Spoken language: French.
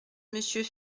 monsieur